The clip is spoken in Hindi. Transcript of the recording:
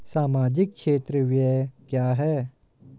सामाजिक क्षेत्र व्यय क्या है?